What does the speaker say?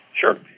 Sure